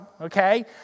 okay